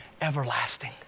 everlasting